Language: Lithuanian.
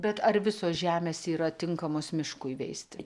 bet ar visos žemės yra tinkamos miškui veisti